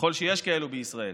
ככל שיש כאלה בישראל,